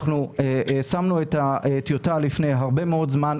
אנחנו שמנו את הטיוטה לפני הרבה מאוד זמן.